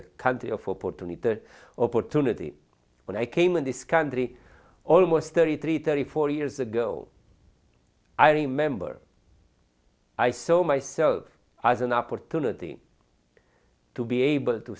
the opportunity when i came in this country almost thirty three thirty four years ago i remember i saw myself as an opportunity to be able to